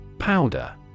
Powder